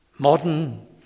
Modern